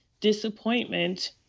disappointment